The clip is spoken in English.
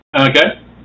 Okay